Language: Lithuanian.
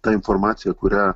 ta informacija kurią